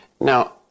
Now